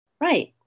Right